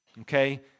okay